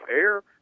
air